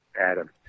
Adam